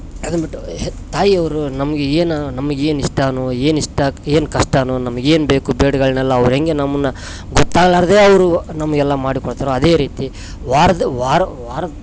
ಅದನ್ನು ಬಿಟ್ಟು ತಾಯಿಯವರು ನಮಗೆ ಏನು ನಮ್ಗೇನು ಇಷ್ಟನೋ ಏನು ಇಷ್ಟ ಏನು ಕಷ್ಟನೋ ನಮ್ಗೇನು ಬೇಕು ಬೇಡಗಳ್ನೆಲ್ಲ ಅವರೆಂಗೆ ನಮ್ಮನ್ನ ಗೊತ್ತಾಗ್ಲಾರದೆ ಅವರು ನಮಗೆಲ್ಲ ಮಾಡಿ ಕೊಡ್ತರೋ ಅದೇ ರೀತಿ ವಾರದ